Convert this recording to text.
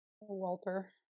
Walter